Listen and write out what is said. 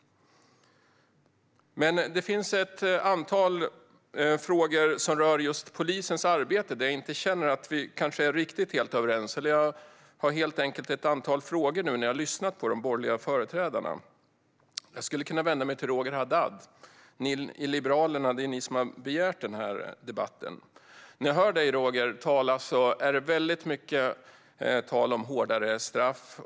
Det finns dock ett antal frågor som rör just polisens arbete där jag känner att vi kanske inte är helt överens. Jag har helt enkelt ett antal frågor efter att ha lyssnat på de borgerliga företrädarna. Jag skulle kunna vända mig till Roger Haddad. Det är ni i Liberalerna som har begärt den här debatten. När jag hör dig, Roger, tala är det väldigt mycket tal om hårdare straff.